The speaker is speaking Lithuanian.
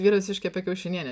vyras iškepė kiaušinienę